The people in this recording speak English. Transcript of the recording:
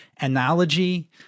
analogy